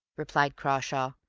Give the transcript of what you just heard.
replied crawshay,